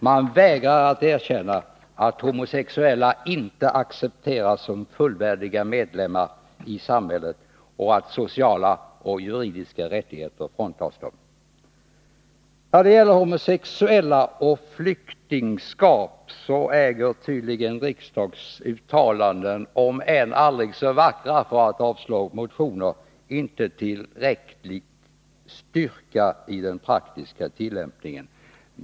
Man vägrar att erkänna att homosexuella inte accepteras som fullvärdiga medlemmar i samhället och att sociala och juridiska rättigheter fråntas dem. Vad gäller homosexuella och flyktingskap äger tydligen riksdagsuttalanden, om än aldrig så vackra, för att avslå motioner inte tillräcklig styrka i den praktiska tillämpningen.